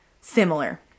similar